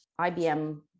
IBM